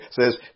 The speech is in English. says